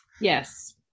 Yes